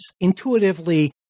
intuitively